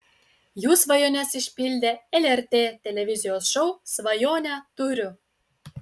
jų svajones išpildė lrt televizijos šou svajonę turiu